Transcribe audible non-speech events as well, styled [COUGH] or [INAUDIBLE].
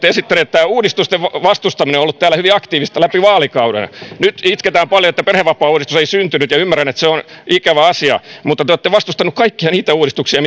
[UNINTELLIGIBLE] esittäneet tämä uudistusten vastustaminen on ollut täällä hyvin aktiivista läpi vaalikauden nyt itketään paljon että perhevapaauudistus ei syntynyt ja ymmärrän että se on ikävä asia mutta te olette vastustaneet kaikkia niitä uudistuksia [UNINTELLIGIBLE]